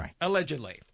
Allegedly